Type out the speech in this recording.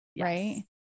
Right